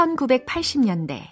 1980년대